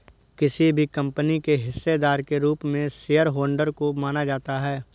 किसी भी कम्पनी के हिस्सेदार के रूप में शेयरहोल्डर को माना जाता है